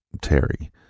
Terry